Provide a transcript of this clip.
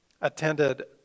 attended